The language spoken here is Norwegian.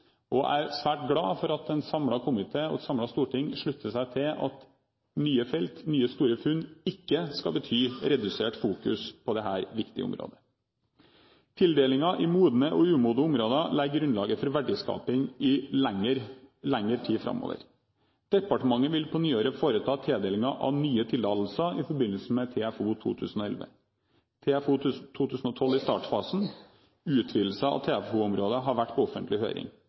og jeg er svært glad for at en samlet komité og et samlet storting slutter seg til at nye felt, nye store funn, ikke skal bety redusert fokusering på dette viktige området. Tildelingen i modne og umodne områder legger grunnlaget for verdiskaping i lengre tid framover. Departementet vil på nyåret foreta tildelingen av nye tillatelser i forbindelse med TFO 2011. TFO 2012 er i startfasen. Utvidelsen av TFO-områder har vært på offentlig høring.